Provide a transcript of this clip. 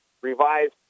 revised